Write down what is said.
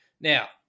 now